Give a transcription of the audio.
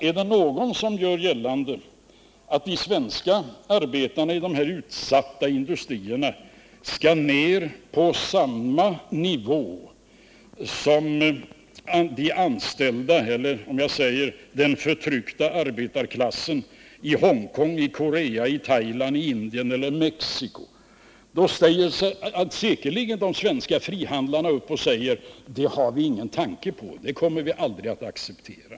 Om någon gör gällande att de svenska arbetarna i dessa utsatta industrier skall ner på samma nivå som de anställda eller, rättare sagt, den förtryckta arbetarklassen i Hongkong, Korea, Thailand, Indien eller Mexico, då ställer sig säkerligen de svenska frihandlarna upp och säger: Det har vi ingen tanke på. Det kommer vi aldrig att acceptera.